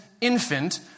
infant